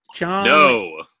No